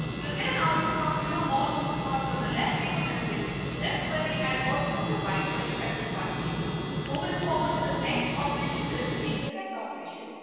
you'll get an output of you know, all those records from the left table. that is basically the left query and also from the right query that is the right table moving forward to the next operation and is the intersect operation.